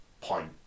point